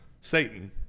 Satan